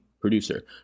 producer